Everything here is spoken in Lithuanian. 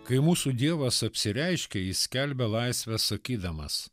kai mūsų dievas apsireiškia jis skelbia laisvę sakydamas